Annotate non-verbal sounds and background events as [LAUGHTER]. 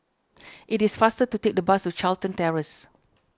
it is faster to take the bus to Charlton [UNINTELLIGIBLE]